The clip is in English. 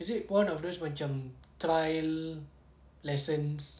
is it one of those macam trial lessons